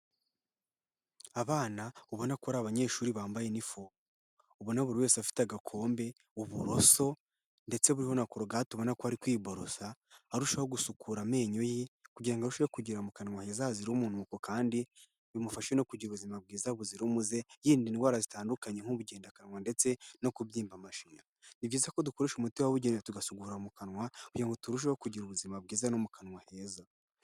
Abana ubona ko ari abanyeshuri bambaye inifomo. Ubona buri wese afite agakombe, uburoso ndetse buriho na corogate ubona ko ari kwiborosa arushaho gusukura amenyo ye kugira ngo arusheho kugera mu kanwazazira umunuko kandi bimufashe no kugira ubuzima bwiza buzira umuze, yirinda indwara zitandukanye nk'ubugendakanwa ndetse no kubyimba amashira. Ni byiza ko dukoresha umuti wabugewe tugasukura mu kanwa kugira ngo turusheho kugira ubuzima bwiza no mu kanwa heza.